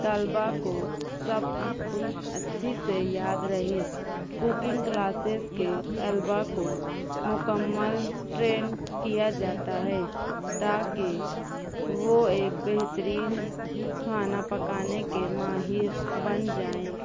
طلبہ کو سب کچھ اچھی سے یاد رہے ککنگ کلاسیز کے طلبہ کو مکمل ٹرینڈ کیا جاتا ہے تاکہ وہ ایک بہترین کھانا پکانے کے ماہر بن جائیں